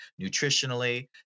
nutritionally